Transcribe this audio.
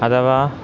अथवा